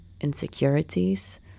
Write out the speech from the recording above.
insecurities